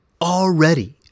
already